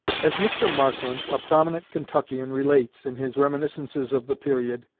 as mr. markland, a prominent kentuckian, relates, in his reminiscences of the period